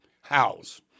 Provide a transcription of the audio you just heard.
house